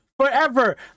forever